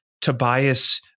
Tobias